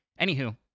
Anywho